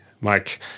Mike